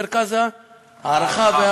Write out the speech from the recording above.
מרכז ההערכה,